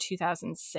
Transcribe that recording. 2006